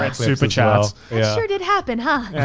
um super chats. it sure did happen huh.